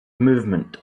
movement